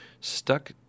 stuck